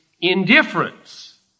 indifference